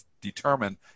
determine